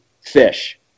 fish